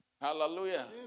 Hallelujah